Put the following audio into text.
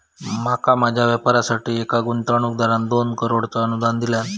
माका माझ्या व्यापारासाठी एका गुंतवणूकदारान दोन करोडचा अनुदान दिल्यान